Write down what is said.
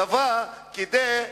צבא, כדי,